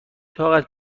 طاقت